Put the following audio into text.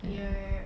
ya